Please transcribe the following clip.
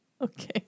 Okay